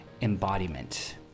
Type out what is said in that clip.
embodiment